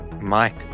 Mike